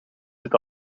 zit